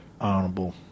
honorable